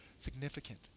significant